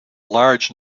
large